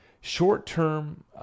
short-term